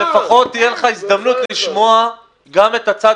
אבל לפחות תהיה לך הזדמנות לשמוע גם את הצד